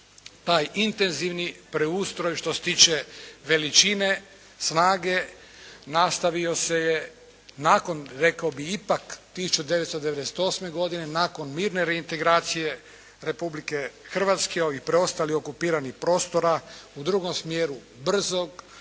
Taj intenzivni preustroj, što se tiče veličine, snage, nastavio se je nakon, rekao bih ipak 1998. godine nakon mirne reintegracije Republike Hrvatske, ovih preostalih okupiranih prostora. U drugom smjeru brzog,